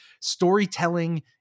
storytelling